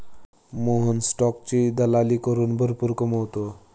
मोहन स्टॉकची दलाली करून भरपूर कमावतो